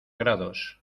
grados